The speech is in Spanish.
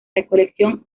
recolección